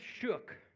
shook